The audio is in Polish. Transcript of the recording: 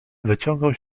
wyciągał